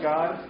God